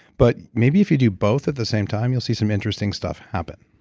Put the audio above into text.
but maybe if you do both at the same time you'll see some interesting stuff happen